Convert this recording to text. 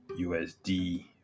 usd